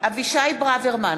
אבישי ברוורמן,